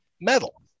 metal